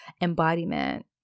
embodiment